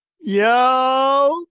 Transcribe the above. Yo